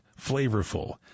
flavorful